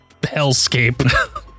hellscape